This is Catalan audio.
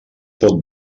pot